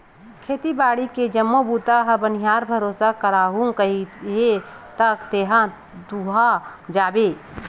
खेती बाड़ी के जम्मो बूता ल बनिहार भरोसा कराहूँ कहिके त तेहा दूहा जाबे